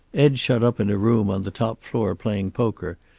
ed's shut up in a room on the top floor, playing poker.